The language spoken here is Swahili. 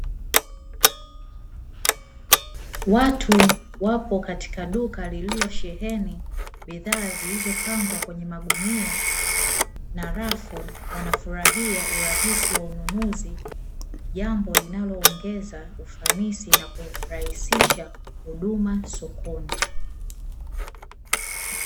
Watu wapo katika duka lililosheheni bidhaa zilizopangwa kwenye magunia na rafu, wanafurahia urahisi wa ununuzi. Jambo linaloongeza ufanisi na hurahisisha huduma sokoni.